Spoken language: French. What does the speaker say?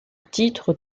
titres